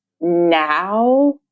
now